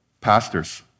Pastors